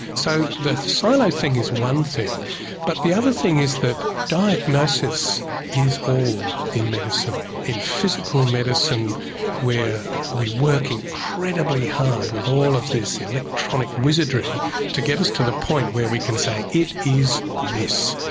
so the silo thing is one thing but the other thing is that diagnosis is all in medicine, in physical medicine where we work incredibly hard with all of this electronic wizardry to get us to the point of where we can say, it is this.